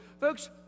folks